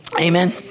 Amen